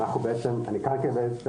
תודה רבה.